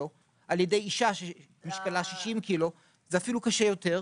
על ידי אישה שמשקלה 60 קילו זה אפילו קשה יותר.